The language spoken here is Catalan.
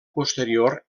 posterior